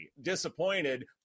disappointed